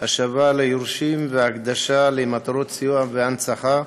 (השבה ליורשים והקדשה למטרות סיוע והנצחה)